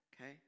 Okay